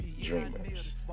dreamers